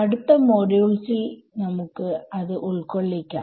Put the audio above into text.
അടുത്ത മോഡ്യൂൾസിൽ നമുക്ക് അത് ഉൾക്കൊള്ളിക്കാം